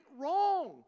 wrong